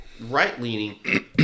right-leaning